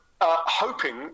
hoping